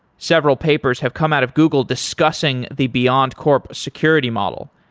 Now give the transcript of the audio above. several papers have come out of google discussing the beyondcorp security model,